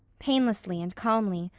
painlessly and calmly,